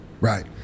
Right